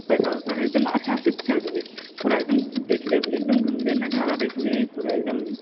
पैसा वैसा एकदम अच्छासँ चलि जेबए पूरा एकदम देखले उखले एकदम घुमले नजारा देखबिही पूरा एकदम